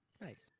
nice